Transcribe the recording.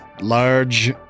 large